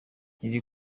iri